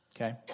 Okay